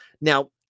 Now